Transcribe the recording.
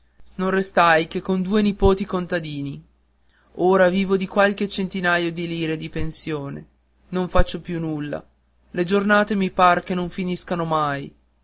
non restai che con due nipoti contadini ora vivo di qualche centinaio di lire di pensione non faccio più nulla le giornate mi par che non finiscano mai